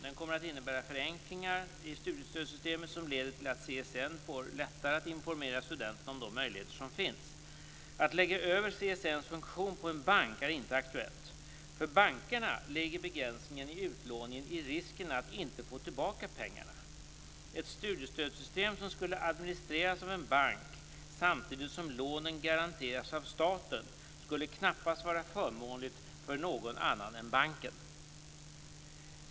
Den kommer att innebära förenklingar i studiestödssystemet som leder till att CSN får lättare att informera studenterna om de möjligheter som finns. Att lägga över CSN:s funktion på en bank är inte aktuellt. För bankerna ligger begränsningen i utlåningen i risken att inte få tillbaka pengarna. Ett studiestödssystem som skulle administreras av en bank samtidigt som lånen garanteras av staten skulle knappast vara förmånligt för någon annan än banken.